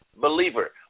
believer